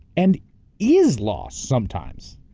and is loss sometimes.